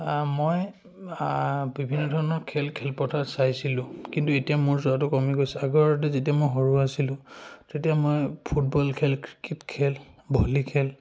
মই বিভিন্ন ধৰণৰ খেল খেলপথাৰ চাইছিলোঁ কিন্তু এতিয়া মোৰ যোৱাটো কমি গৈছে আগৰতে যেতিয়া মই সৰু আছিলোঁ তেতিয়া মই ফুটবল খেল ক্ৰিকেট খেল ভলী খেল